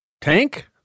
Tank